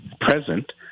present